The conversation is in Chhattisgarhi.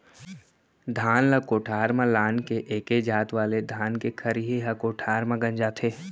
धान ल कोठार म लान के एके जात वाले धान के खरही ह कोठार म गंजाथे